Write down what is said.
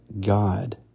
God